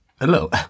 Hello